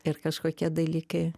ir kažkokie dalykai